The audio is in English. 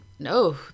No